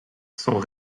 sont